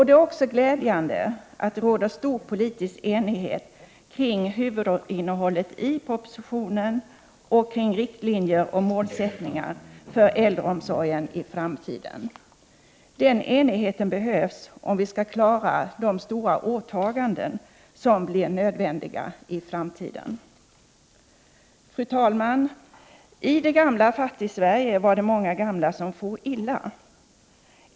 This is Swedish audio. Det är glädjande att det råder stor politisk enighet kring huvudinnehållet i propositionen och kring riktlinjer och målsättningar för äldreomsorgen i framtiden. Den enigheten behövs om vi skall klara de stora åtaganden som blir nödvändiga i framtiden. Fru talman! I det gamla Fattigsverige var det många gamla som for illa.